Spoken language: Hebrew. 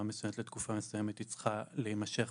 מסוימת לתקופה מסוימת היא צריכה להימשך